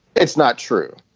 it's not true.